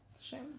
Shame